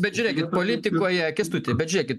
bet žiūrėkit politikoje kęstuti bet žiūrėkit